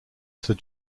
sir